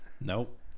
Nope